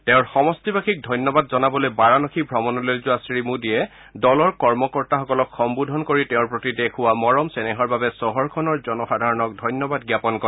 তেওঁৰ সমষ্টিবাসীক ধন্যবাদ জনাবলৈ বাৰানসী ভ্ৰমণলৈ যোৱা শ্ৰীমোডীয়ে দলৰ কৰ্মকৰ্তাসকলক সম্নোধন কৰি তেওঁৰ প্ৰতি দেখুওৱা মৰম চেনেহৰ বাবে চহৰখনৰ জনসাধাৰণক ধন্যবাদ জাপন কৰে